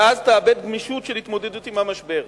ואז תאבד גמישות של התמודדות עם המשבר?